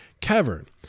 cavern